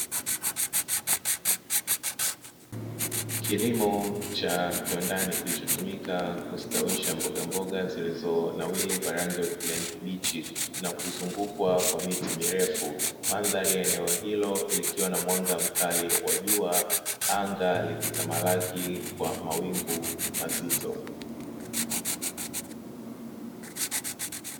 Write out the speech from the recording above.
Kilimo cha kiwandani kilichotumika kustawisha mboga mboga, zilizo nawili kwa rangi ya kijani kibichi, na kuzungukwa kwa miti mirefu, mandhari ya eneo hilo likiwa na mwanga mkali wa jua anga likitamalaki kwa mawingu mazito.